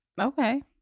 Okay